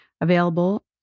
available